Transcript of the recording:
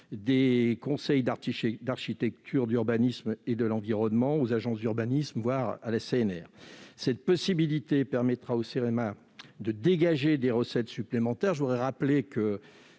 des conseils d'architecture, d'urbanisme et de l'environnement, des agences d'urbanisme, voire de la CNR. Une telle mesure permettra au Cerema de dégager des recettes supplémentaires.